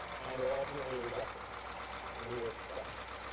and were ultimately rejected and we were crushed.